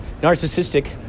narcissistic